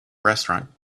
restaurant